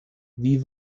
wie